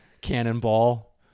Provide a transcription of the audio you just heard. Cannonball